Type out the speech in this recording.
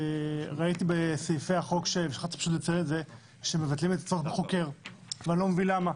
ראיתי בסעיפי החוק שמבטלים את הצורך בחוקר ואני לא מבין למה.